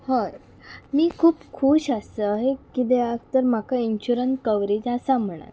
हय मी खूब खूश आसय किद्याक तर म्हाका इन्शुरंस कवरेज आसा म्हणून